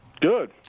Good